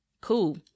Cool